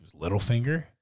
Littlefinger